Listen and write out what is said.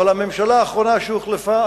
אבל הממשלה האחרונה שהוחלפה,